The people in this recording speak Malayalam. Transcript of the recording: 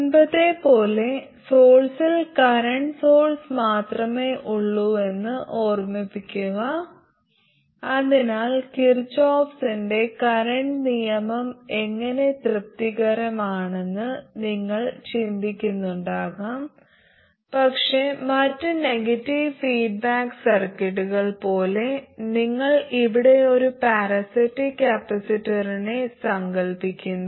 മുമ്പത്തെപ്പോലെ സോഴ്സിൽ കറന്റ് സോഴ്സ് മാത്രമേ ഉള്ളൂവെന്ന് ഓർമ്മിക്കുക അതിനാൽ കിർചോഫിന്റെ Kirchhoff's കറന്റ് നിയമം എങ്ങനെ തൃപ്തികരമാണെന്ന് നിങ്ങൾ ചിന്തിക്കുന്നുണ്ടാകാം പക്ഷേ മറ്റ് നെഗറ്റീവ് ഫീഡ്ബാക്ക് സർക്യൂട്ടുകൾ പോലെ നിങ്ങൾ ഇവിടെ ഒരു പാരാസൈറ്റിക് കപ്പാസിറ്ററിനെ സങ്കൽപ്പിക്കുന്നു